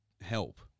help